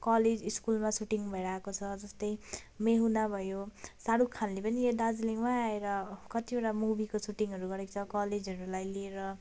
college स्कुलमा shooting भएर आएको छ जस्तो मे हुँ ना भयो शाहरुख खानले पनि यहाँ दार्जिलिङमा आएर कतिवटा मुभिको सुटिङहरू गरेको छ कलेजहरूलाई लिएर